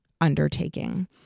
undertaking